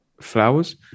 flowers